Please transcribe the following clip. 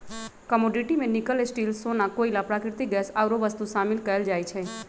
commodity में nickel, steel,, सोना, कोइला, प्राकृतिक गैस आउरो वस्तु शामिल कयल जाइ छइ